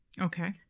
Okay